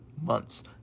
months